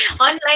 Online